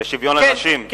ושוויון לנשים.